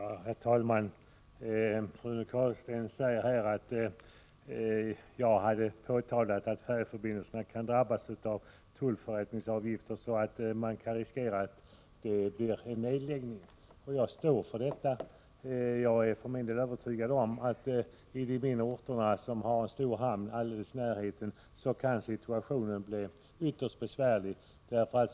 Herr talman! Rune Carlstein säger att jag påtalat att man genom tullförrättningsavgifterna riskerar en nedläggning av vissa färjelinjer. Jag står för detta. Jag är för min del helt övertygad om att situationen för sådana mindre orter, som har en stor hamn alldeles i närheten kan bli ytterst besvärlig.